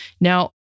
Now